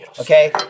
okay